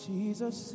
Jesus